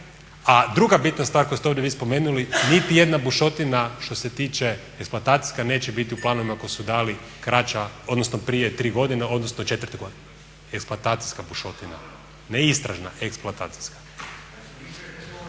A druga bitna stvar koju ste vi ovdje spomenuli niti jedna bušotina što se tiče eksploatacijska neće biti u planovima koji su dali kraća, odnosno prije tri godine, odnosno četvrte godine, eksploatacijska bušotina ne istražna, eksploatacijska.